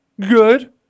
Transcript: good